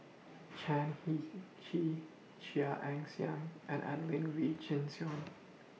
Chan Heng Chee Chia Ann Siang and Adelene Wee Chin Suan